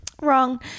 Wrong